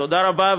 תודה רבה.